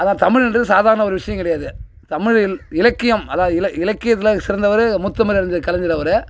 அதான் தமிழுன்றது சாதாரண ஒரு விஷயம் கிடையாது தமிழின் இலக்கியம் அதாவது இலை இலக்கியத்தில் சிறந்தவர் முத்தமிழ் அறிஞர் கலைஞர் அவர்